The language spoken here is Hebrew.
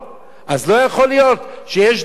אז לא יכול להיות שיש דרישה,